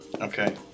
Okay